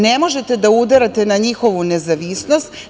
Ne možete da udarate na njihovu nezavisnost.